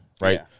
right